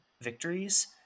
victories